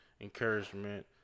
encouragement